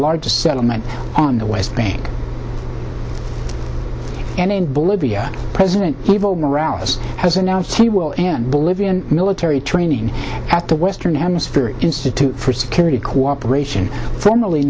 largest settlement on the west bank and in bolivia president evo morales has announced he will end bolivian military training at the western hemisphere institute for security cooperation formally